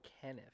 kenneth